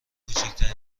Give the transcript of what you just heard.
کوچکترین